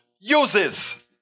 uses